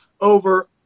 over